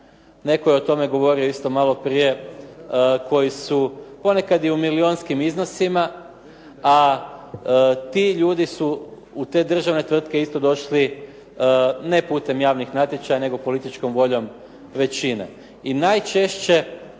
netko je o tome govorio isto malo prije koji su ponekad i u milijunskim iznosima a ti ljudi su u te državne tvrtke isto došli ne putem javnih natječaja nego političkom voljom većine i najčešće